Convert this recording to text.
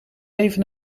even